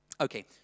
Okay